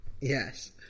yes